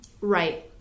right